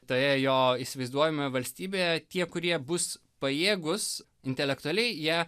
toje jo įsivaizduojamoje valstybėje tie kurie bus pajėgūs intelektualiai ją